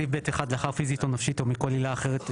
בסעיף (ב1) לאחר 'פיזית או נפשית או מכל עילה אחרת'